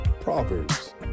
Proverbs